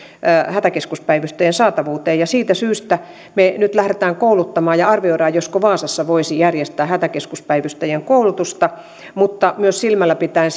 hätäkeskuspäivystäjien saatavuudessa siitä syystä me nyt lähdemme kouluttamaan ja arvioimme josko vaasassa voisi järjestää hätäkeskuspäivystäjien koulutusta mutta myös silmällä pitäen